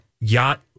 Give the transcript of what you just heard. Yacht